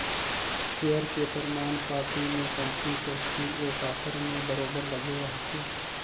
share के परमान पाती में कंपनी कर सील ओ पतर में बरोबेर लगे रहथे